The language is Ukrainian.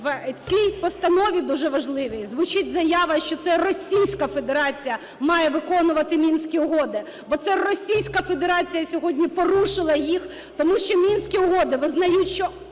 В цій постанові, дуже важливій, звучить заява, що це Російська Федерація має виконувати Мінські угоди, бо це Російська Федерація сьогодні порушила їх, тому що Мінські угоди визнають, що